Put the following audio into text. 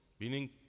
Meaning